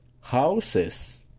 houses